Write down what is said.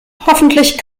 hoffentlich